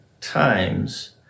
times